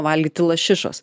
valgyti lašišos